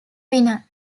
winner